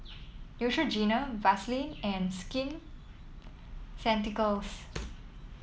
Neutrogena Vaselin and Skin Ceuticals